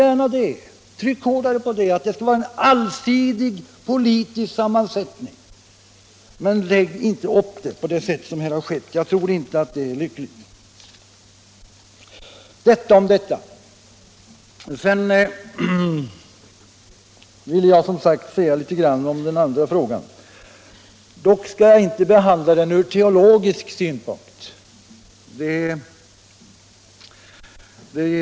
Tryck gärna hårdare på att det skall vara en allsidig politisk sammansättning bland nämndemännen, men lägg inte upp det på det sätt som här skett. Jag vill också, som sagt, något beröra den andra frågan. Dock skall jag inte behandla den ur teologisk synpunkt.